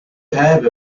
have